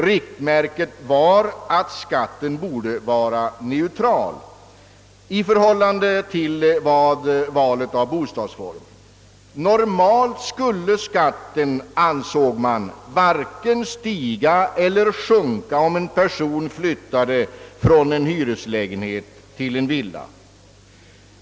Riktmärket var att skatten skulle vara neutral i förhållande till valet av bostadsform. Normalt skulle skatten varken stiga eller sjunka, när en person flyttade från en hyreslägenhet till en villa.